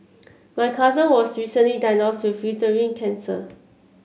my cousin was recently diagnosed with uterine cancer